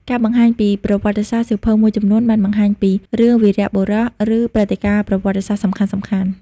ការបង្ហាញពីប្រវត្តិសាស្ត្រ សៀវភៅមួយចំនួនបានបង្ហាញពី រឿងវីរបុរស ឬ ព្រឹត្តិការណ៍ប្រវត្តិសាស្ត្រ សំខាន់ៗ។